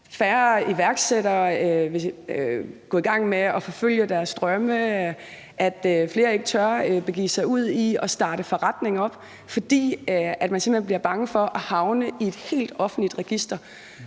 færre iværksættere vil gå i gang med at forfølge deres drømme, at flere ikke tør begive sig ud i at starte forretning op, fordi man simpelt hen er bange for at havne i et helt offentligt register.